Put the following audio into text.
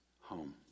home